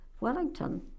Wellington